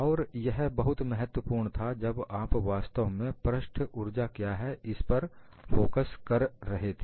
और यह बहुत महत्वपूर्ण था जब आप वास्तव में पृष्ठ ऊर्जा क्या है इस पर फोकस कर रहे थे